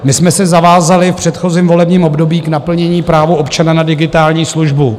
My jsme se zavázali v předchozím volebním období k naplnění práva občana na digitální službu.